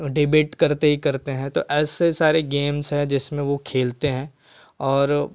तो डिबेट करते ही करते हैं तो ऐसे सारे गेम्स हैं जिसमें वो खेलते हैं और